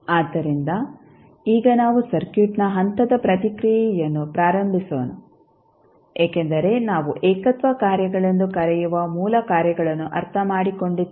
ಆದ್ದರಿಂದ ಈಗ ನಾವು ಸರ್ಕ್ಯೂಟ್ನ ಹಂತದ ಪ್ರತಿಕ್ರಿಯೆಯನ್ನು ಪ್ರಾರಂಭಿಸೋಣ ಏಕೆಂದರೆ ನಾವು ಏಕತ್ವ ಕಾರ್ಯಗಳೆಂದು ಕರೆಯುವ ಮೂಲ ಕಾರ್ಯಗಳನ್ನು ಅರ್ಥಮಾಡಿಕೊಂಡಿದ್ದೇವೆ